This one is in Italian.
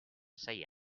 sei